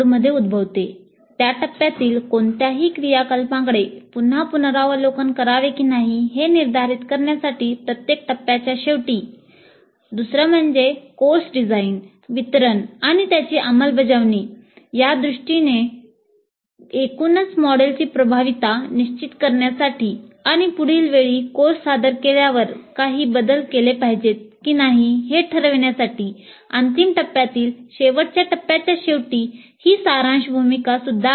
मूल्यांकन दोन मोडमध्ये उद्भवते कोर्स डिझाइन वितरण आणि त्याची अंमलबजावणी या दृष्टीने एकूणच मॉडेलची प्रभावीता निश्चित करण्यासाठी आणि पुढील वेळी कोर्स सादर केल्यावर काही बदल केले पाहिजेत की नाही हे ठरविण्यासाठी अंतिम टप्प्यातील शेवटच्या टप्प्याच्या शेवटी ही सारांश भूमिका सुद्धा आहे